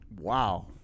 wow